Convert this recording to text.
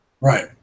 right